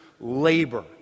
labor